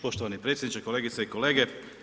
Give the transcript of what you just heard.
Poštovani predsjedniče, kolegice i kolege.